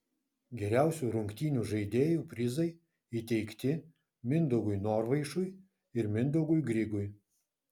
geriausių rungtynių žaidėjų prizai įteikti mindaugui norvaišui ir mindaugui grigui